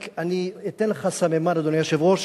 רק אני אתן לך סממן, אדוני היושב-ראש,